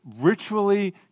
ritually